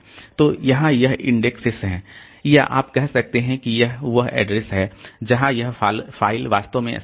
तो यहाँ यह इंडेक्सेस हैं या आप कह सकते हैं कि यह वह एड्रेस है जहां यह फ़ाइल वास्तव में स्थित है